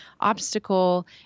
obstacle